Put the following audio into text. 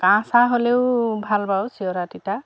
কাহ চাহ হ'লেও ভাল বাৰু চিৰতা তিতা